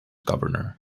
governor